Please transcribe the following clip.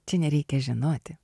čia nereikia žinoti